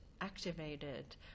activated